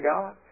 God